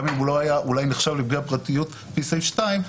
גם אם הוא לא היה אולי נחשב לפגיעה בפרטיות לפי סעיף 2,